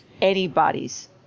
anybody's